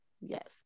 yes